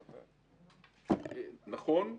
נכון.